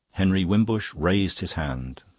henry wimbush raised his hand.